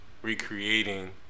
recreating